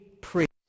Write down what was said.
priest